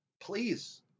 please